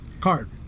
Card